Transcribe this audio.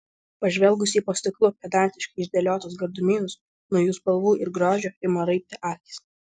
pažvelgus į po stiklu pedantiškai išdėliotus gardumynus nuo jų spalvų ir grožio ima raibti akys